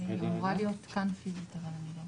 בהחלט יש כאן, כמו שכבר נאמר,